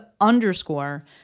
underscore